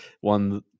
one